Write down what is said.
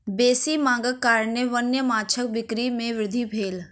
बेसी मांगक कारणेँ वन्य माँछक बिक्री में वृद्धि भेल